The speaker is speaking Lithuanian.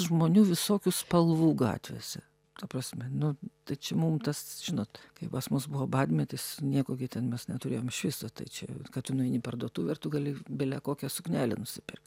žmonių visokių spalvų gatvėse ta prasme nu tai čia mum tas žinot kai pas mus buvo badmetis nieko gi ten mes neturėjom iš viso tai čia kad tu nueini parduotuvę ir tu gali bele kokią suknelę nusipirkt